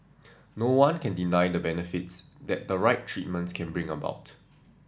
no one can deny the benefits that the right treatments can bring about